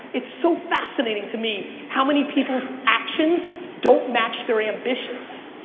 it's so fascinating to me how many people's actions don't match their ambitions.